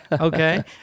Okay